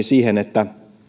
siihen että